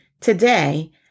Today